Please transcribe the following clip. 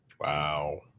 Wow